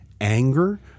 anger